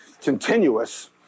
continuous